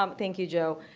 um thank you, joe.